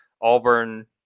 Auburn